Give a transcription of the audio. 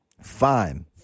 Fine